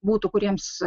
būtų kuriems